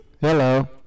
Hello